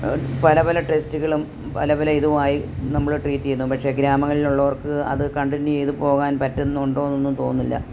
പല പല ടെസ്റ്റുകളും പല പല ഇതുവായി നമ്മളെ ട്രീറ്റ് ചെയ്യുന്നു പക്ഷേ ഗ്രാമങ്ങളിൽ ഉള്ളവർക്ക് അത് കണ്ടിന്യൂ ചെയ്തു പോവാൻ പറ്റുന്നുണ്ടോയെന്നൊന്നും തോന്നുന്നില്ല